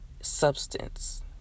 substance